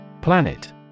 Planet